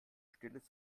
stilles